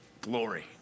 Glory